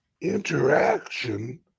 interaction